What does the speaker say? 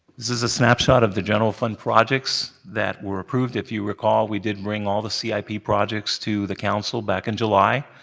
this is a snapshot of the general fund projects that were approved. if you recall, we did bring all the cip projects to the council back in july.